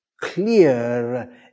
clear